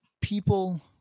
people